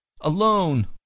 alone